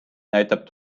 näitab